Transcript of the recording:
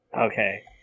Okay